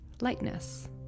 lightness